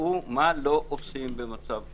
והוא מה לא עושים במצב כזה.